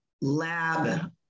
lab